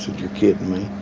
you're kidding me?